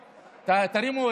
תרימו,